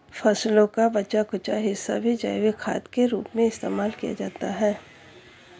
फसलों का बचा कूचा हिस्सा भी जैविक खाद के रूप में इस्तेमाल किया जाता है